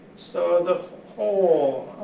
so the whole